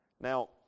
Now